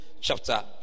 chapter